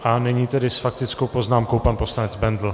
A nyní tedy s faktickou poznámkou pan poslanec Bendl.